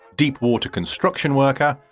deep water construction worker,